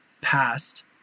past